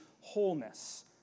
wholeness